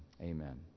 Amen